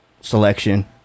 selection